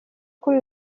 kuri